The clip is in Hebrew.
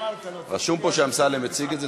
רשום פה שאמסלם מציג את זה.